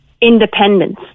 independence